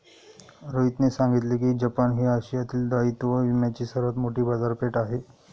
रोहितने सांगितले की जपान ही आशियातील दायित्व विम्याची सर्वात मोठी बाजारपेठ आहे